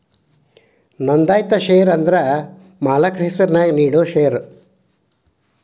ನೋಂದಾಯಿತ ಷೇರ ಅಂದ್ರ ಮಾಲಕ್ರ ಹೆಸರ್ನ್ಯಾಗ ನೇಡೋ ಷೇರ